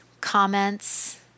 comments